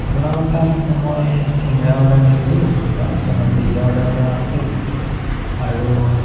আপোনালোকৰ তাত মই চিংৰা অৰ্ডাৰ দিছোঁ তাৰপাছত পিজ্জা অৰ্ডাৰ কৰা আছে আৰু